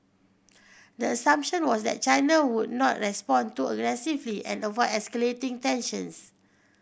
the assumption was that China would not respond too aggressively and avoid escalating tensions